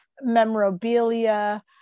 memorabilia